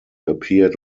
appeared